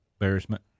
embarrassment